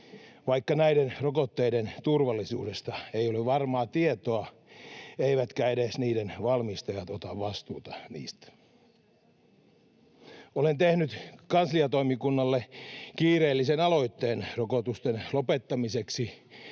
vaikka näiden rokotteiden turvallisuudesta ei ole varmaa tietoa eivätkä edes niiden valmistajat ota vastuuta niistä. Olen tehnyt kansliatoimikunnalle kiireellisen aloitteen rokotusten lopettamiseksi